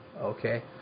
Okay